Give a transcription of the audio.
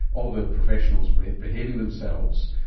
all the professionals were behaving themselves.